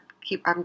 keep